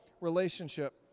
relationship